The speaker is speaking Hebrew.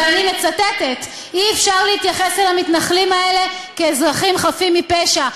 ואני מצטטת: אי-אפשר להתייחס אל המתנחלים האלה כאזרחים חפים מפשע.